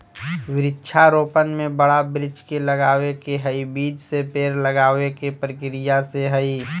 वृक्षा रोपण में बड़ा वृक्ष के लगावे के हई, बीज से पेड़ लगावे के प्रक्रिया से हई